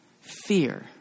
Fear